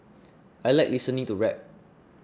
I like listening to rap